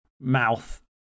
mouth